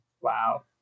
Wow